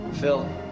Phil